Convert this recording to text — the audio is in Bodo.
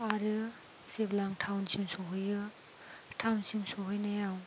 आरो जेब्ला आं थावनसिम सहैयो थावनसिम सहैनायाव